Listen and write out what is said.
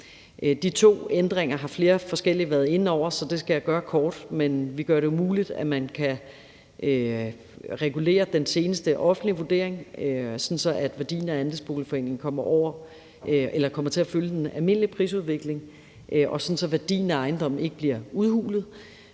De to ændringer har flere forskellige været inde over, så det skal jeg gøre kort, men vi gør det jo muligt, at man kan regulere den seneste offentlige vurdering, sådan at værdien af andelsboligforeningen kommer til at følge den almindelige prisudvikling, og sådan at værdien af ejendommen ikke bliver udhulet,